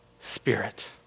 spirit